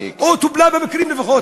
או טופלה במקרים לפחות?